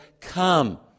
come